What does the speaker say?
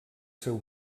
seu